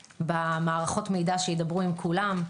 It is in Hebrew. במערכות המידע, שידברו עם כולם.